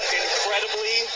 incredibly